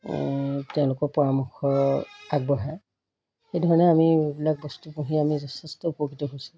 তেওঁলোকৰ পৰামৰ্শ আগবঢ়ায় সেইধৰণে আমি এইবিলাক বস্তু পুহি আমি যথেষ্ট উপকৃত হৈছোঁ